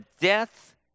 death